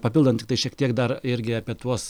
papildant tiktai šiek tiek dar irgi apie tuos